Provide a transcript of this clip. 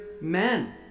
men